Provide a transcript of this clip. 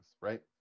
right